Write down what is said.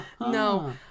No